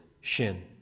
Shin